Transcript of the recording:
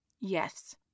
Yes